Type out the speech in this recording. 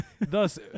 thus